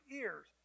ears